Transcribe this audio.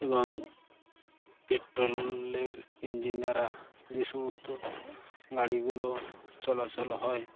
এবং পেট্রোলের ইঞ্জিন দ্বারা যে সমস্ত গাড়িগুলো চলাচল হয়